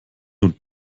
und